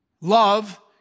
Love